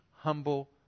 Humble